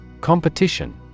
Competition